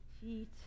feet